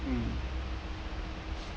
mm